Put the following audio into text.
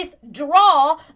withdraw